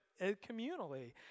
communally